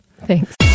thanks